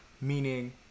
meaning